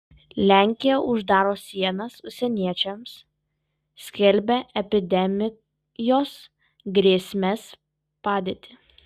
lenkija uždaro sienas užsieniečiams skelbia epidemijos grėsmės padėtį